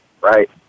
right